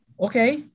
Okay